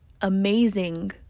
amazing